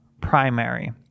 primary